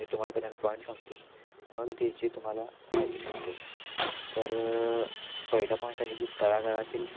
मी तुम्हाला पहिल्यांदा पॉईंट सांगतो मग त्याची तुम्हाला माहिती सांगतो तर पहिला पॉईंट आहे जी तळागाळातील